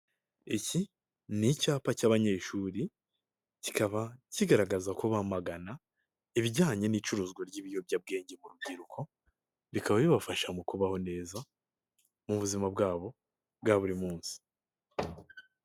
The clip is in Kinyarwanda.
Iki ni icyapa cy'abanyeshuri, kikaba kigaragaza ko bamagana ibijyanye n'icuruzwa ry'ibiyobyabwenge mu rubyiruko, bikaba bibafasha mu kubaho neza mu buzima bwabo bwa buri munsi.